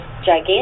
gigantic